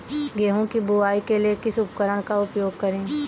गेहूँ की बुवाई के लिए किस उपकरण का उपयोग करें?